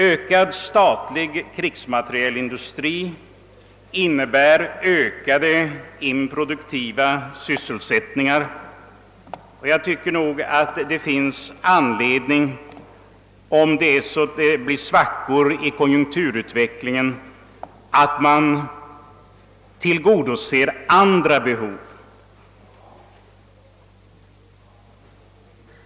En utvidgad statlig krigsmaterielindustri innebär ökad improduktiv sysselsättning. Om det uppstår svackor i konjunkturutvecklingen tycker jag att man i stället kan tillgodose andra behov.